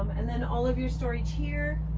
and then all of your storage here,